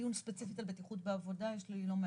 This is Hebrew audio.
דיון ספציפי על בטיחות בעבודה, יש לי לא מעט.